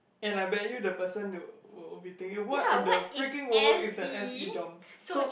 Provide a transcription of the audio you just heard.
and I bet you the person will be thinking what in the freaking world is an S_E dorm so